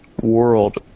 world